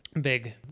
big